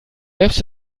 selbst